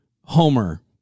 homer